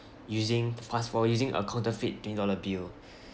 using pass for using a counterfeit twenty dollar bill